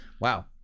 Wow